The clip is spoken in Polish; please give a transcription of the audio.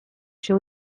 się